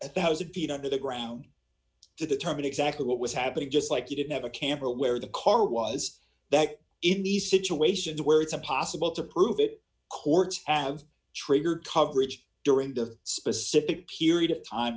one thousand feet under the ground to determine exactly what was happening just like you didn't have a camera where the car was that in these situations where it's impossible to prove it courts have triggered coverage during the specific period of time